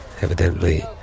evidently